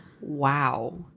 Wow